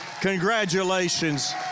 Congratulations